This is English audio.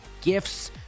gifts